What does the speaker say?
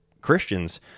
Christians